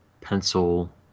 pencil